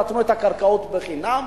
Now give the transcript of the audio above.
נתנו את הקרקעות חינם,